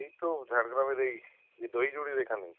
এই তো ঝাড়গ্রামের এই যে দহিজুড়ির এখানে